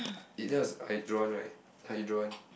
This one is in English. it that was hydron right hydron